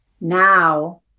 Now